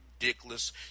ridiculous